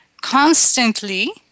constantly